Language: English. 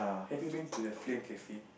have you been to the Flame Cafe